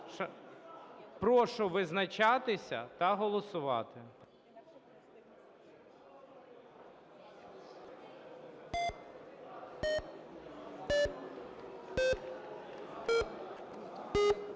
Прошу визначатися та голосувати.